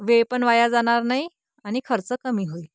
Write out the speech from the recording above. वेळ पण वाया जाणार नाही आणि खर्च कमी होईल